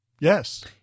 Yes